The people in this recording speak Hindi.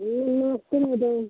जी नमस्ते मैडम